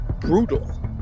brutal